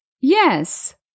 Yes